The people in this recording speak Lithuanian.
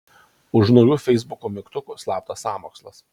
už naujų feisbuko mygtukų slaptas sąmokslas